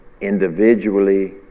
individually